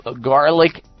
garlic